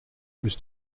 was